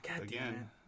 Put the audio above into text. Again